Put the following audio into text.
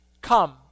come